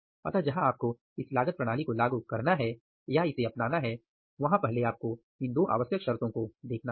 अतः जहां आपको इस लागत प्रणाली को लागू करना है या इसे अपनाना है वहां पहले आपको इन दो आवश्यक शर्तों को देखना होगा